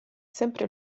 sempre